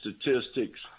statistics